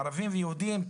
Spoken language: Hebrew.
ערבים ויהודים.